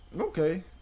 Okay